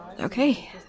Okay